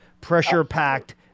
pressure-packed